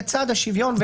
לצד השוויון,